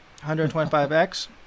125x